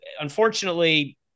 Unfortunately